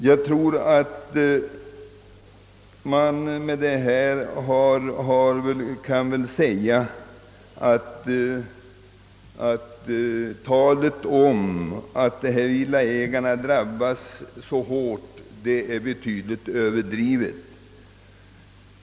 Jag tror att man kan säga att talet om att dessa villaägare drabbas hårt är betydligt överdrivet.